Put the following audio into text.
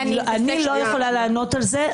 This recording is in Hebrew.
אני לא יכולה לענות על זה,